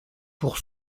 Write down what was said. pour